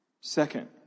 Second